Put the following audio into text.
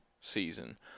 season